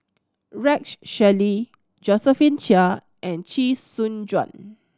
Rex Shelley Josephine Chia and Chee Soon Juan